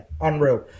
unreal